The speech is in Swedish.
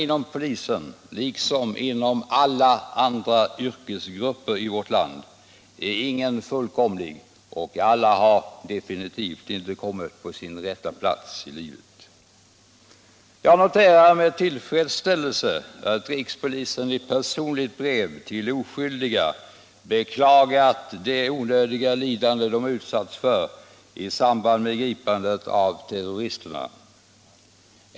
Inom polisen är det likadant som inom alla andra yrkesgrupper i vårt land — ingen är fullkomlig och alla har definitivt inte kommit på rätt plats i livet. Jag noterar med tillfredsställelse att rikspolischefen i personliga brev till oskyldiga har beklagat det onödiga lidande som de har utsatts för i samband med gripandet av terroristerna.